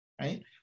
right